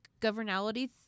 governality